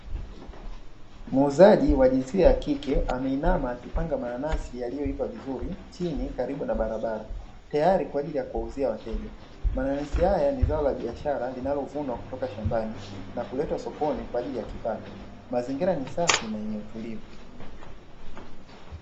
Muuzaji wa jinsia ya kike, ameinama akipanga mananasi yalioiva vizuri chini karibu na barabara, tayari kwa ajili ya kuwauzia wateja. Mananasi haya ni zao la biashara linalovunwa kutoka shambani na kuletwa sokoni kwa ajili ya kipato. Mazingira ni safi na yenye utulivu.